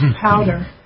powder